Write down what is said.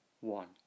one